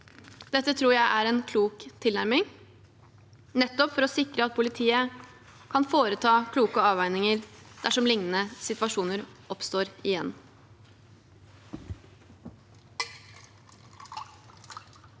Dette tror jeg er en klok tilnærming, nettopp for å sikre at politiet kan foreta kloke avveininger dersom lignende situasjoner oppstår igjen.